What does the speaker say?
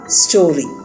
story